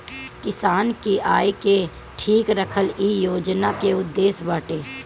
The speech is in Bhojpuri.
किसान के आय के ठीक रखल इ योजना के उद्देश्य बाटे